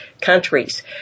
countries